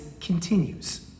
continues